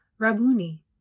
Rabuni